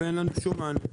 ואין לנו שום מענה.